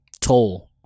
toll